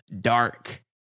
dark